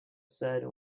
said